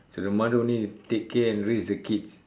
so the mother only take care and raise the kids